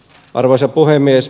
arvoisa puhemies